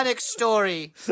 story